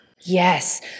Yes